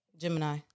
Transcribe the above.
Gemini